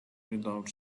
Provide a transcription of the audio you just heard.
without